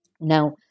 Now